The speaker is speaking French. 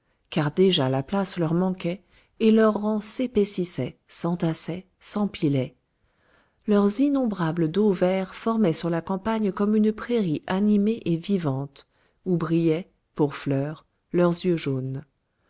car déjà la place leur manquait et leurs rangs s'épaississaient s'entassaient s'empilaient leurs innombrables dos verts formaient sur la campagne comme une prairie animée et vivante où brillaient pour fleurs leurs yeux jaunes